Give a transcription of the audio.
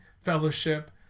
fellowship